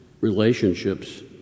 relationships